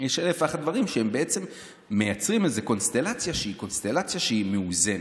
שבעצם מייצרים איזה קונסטלציה שהיא מאוזנת.